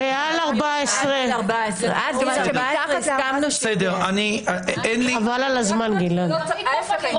זה בא לדייק פה מתי הם צריכים להיות מעורבים ומתי הם לא צריכים להיות